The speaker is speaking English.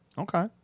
Okay